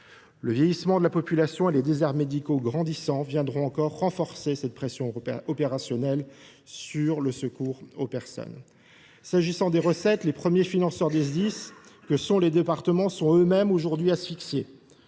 Le vieillissement de la population et les déserts médicaux grandissants viendront encore renforcer cette pression opérationnelle sur le secours aux personnes. En ce qui concerne les recettes, les premiers financeurs des Sdis que sont les départements sont eux mêmes asphyxiés.